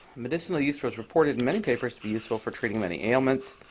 medicinal use was reported in many papers to be useful for treating many elements.